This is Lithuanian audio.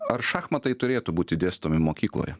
ar šachmatai turėtų būti dėstomi mokykloje